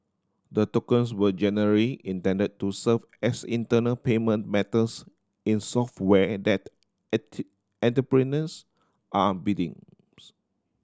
the tokens were general intended to serve as internal payment methods in software that entrepreneurs are bidding